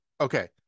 okay